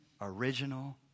original